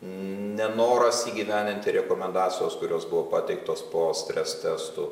nenoras įgyvendinti rekomendacijos kurios buvo pateiktos po stres testų